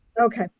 Okay